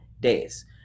days